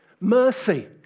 Mercy